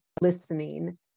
listening